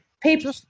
people